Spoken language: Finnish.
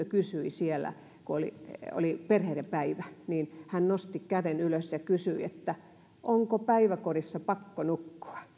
kysyi siellä kun oli oli perheiden päivä nosti käden ylös ja kysyi onko päiväkodissa pakko nukkua